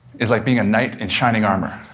is like being a knight in shining armor.